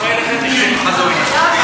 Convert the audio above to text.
א פרייליכע נישט דא נאך א זיינע.